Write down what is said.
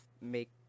make